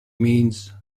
means